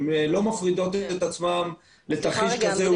הן לא מפרידות את עצמן לתרחיש כזה או אחר.